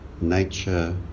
nature